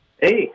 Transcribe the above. Hey